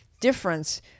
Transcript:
difference